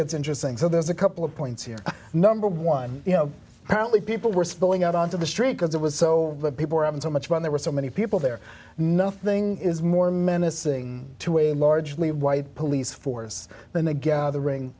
it's interesting so there's a couple of points here number one you know how many people were spilling out onto the street because it was so the people were having so much fun there were so many people there nothing is more menacing to a largely d white police force than a gathering